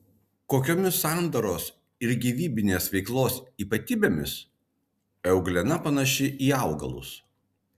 kokiomis sandaros ir gyvybinės veiklos ypatybėmis euglena panaši į augalus